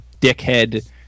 dickhead